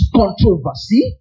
controversy